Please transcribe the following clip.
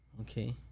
Okay